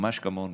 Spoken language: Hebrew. ממש כמוני,